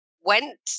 went